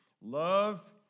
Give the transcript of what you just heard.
Love